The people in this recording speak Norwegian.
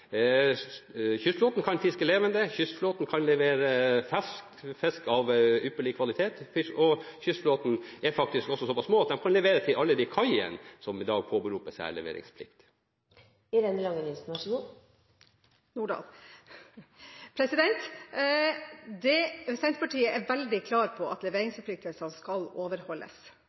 Kystflåten kan fiske levende fisk, kystflåten kan levere fersk fisk av ypperlig kvalitet, og kystflåten er faktisk også såpass liten at den kan levere til alle de kaiene som i dag påberoper seg leveringsplikt. Senterpartiet er veldig klar på at leveringsforpliktelsene skal